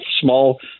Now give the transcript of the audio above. small